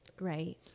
Right